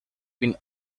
been